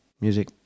music